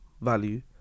value